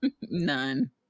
None